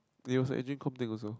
it was engine comp thing also